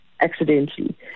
accidentally